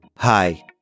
Hi